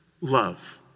Love